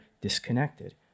disconnected